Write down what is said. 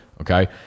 Okay